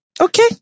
Okay